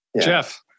Jeff